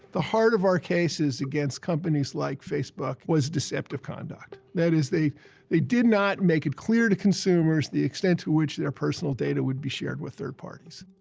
the heart of our cases against companies like facebook was deceptive conduct. that is, they they did not make it clear to consumers the extent to which their personal data would be shared with third parties.